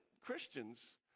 Christians